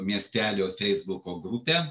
miestelio feisbuko grupę